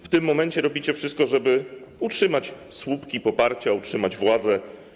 W tym momencie robicie wszystko, żeby utrzymać słupki poparcia, utrzymać władzę.